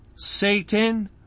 Satan